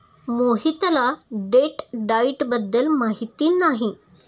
मोहितला date diet बद्दल माहिती नाही